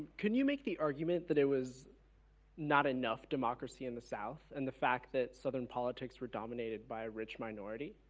can yo make the argument that it was not enough democracy in the south, and the fact that southern politics were dominated by rich minority?